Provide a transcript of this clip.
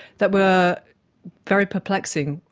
that were very perplexing,